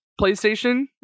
PlayStation